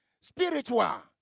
Spiritual